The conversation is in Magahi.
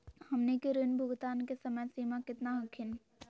हमनी के ऋण भुगतान के समय सीमा केतना हखिन?